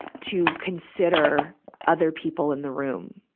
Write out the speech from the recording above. to consider other people in the room.